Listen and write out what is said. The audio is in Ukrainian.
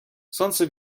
сонце